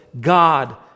God